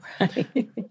Right